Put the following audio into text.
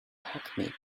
hackneyed